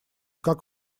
как